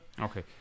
Okay